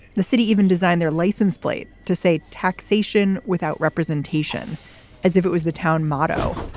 the city even designed their license plate to say taxation without representation as if it was the town motto.